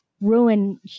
ruin